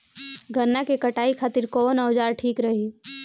गन्ना के कटाई खातिर कवन औजार ठीक रही?